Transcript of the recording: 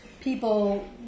people